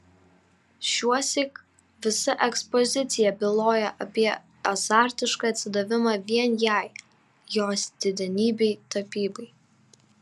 šiuosyk visa ekspozicija byloja apie azartišką atsidavimą vien jai jos didenybei tapybai